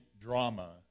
drama